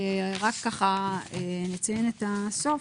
רק ככה נציין את הסוף,